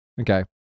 Okay